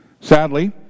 Sadly